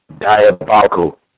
diabolical